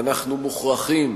אנחנו מוכרחים